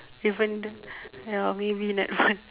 even though ya maybe netball